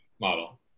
model